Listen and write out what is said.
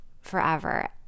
forever